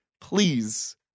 Please